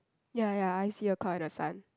ya ya I see a cloud in the sun